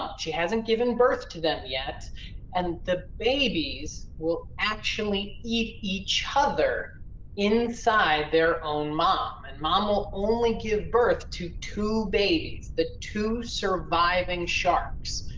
um she hasn't given birth to them yet and the babies will actually eat each other inside their own mom and mom will only give birth to two babies, the two surviving sharks,